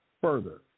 further